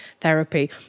therapy